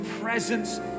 presence